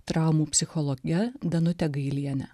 traumų psichologe danute gailiene